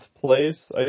place